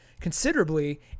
considerably